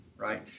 Right